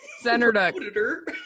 Senator